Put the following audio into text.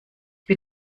bin